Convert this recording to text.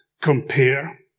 compare